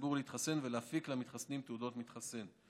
הציבור להתחסן ולהפיק למתחסנים תעודות מתחסן.